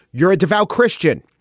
you're a devout christian.